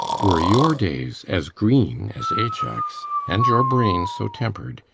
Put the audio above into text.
were your days as green as ajax' and your brain so temper'd,